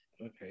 Okay